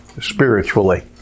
spiritually